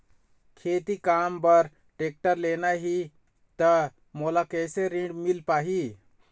खेती काम बर टेक्टर लेना ही त मोला कैसे ऋण मिल पाही?